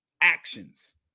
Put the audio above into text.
actions